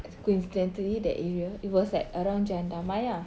as coincidentally that area it was like around jalan damai ah